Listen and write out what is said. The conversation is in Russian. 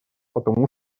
потому